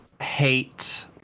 hate